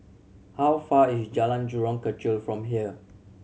how far is Jalan Jurong Kechil from here